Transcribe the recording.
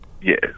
yes